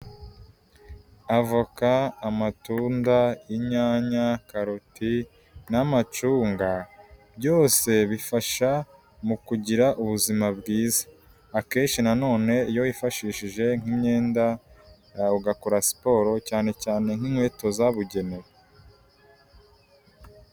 Avoka, amatunda, inyanya, karoti n'amacunga byose bifasha mu kugira ubuzima bwiza, akenshi nanone iyo wifashishije nk'imyenda ugakora siporo, cyane cyane nk'inkweto zabugenewe.